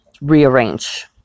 rearrange